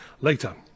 later